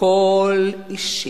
הכול אישי,